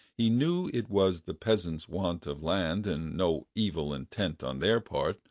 he knew it was the peasants' want of land, and no evil intent on their part,